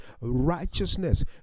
righteousness